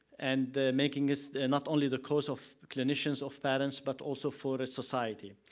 and make ing this not only the cause of clinicians of parents but also for society.